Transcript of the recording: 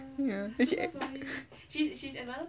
ya then she act